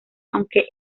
aunque